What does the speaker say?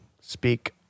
Speak